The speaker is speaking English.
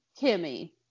Kimmy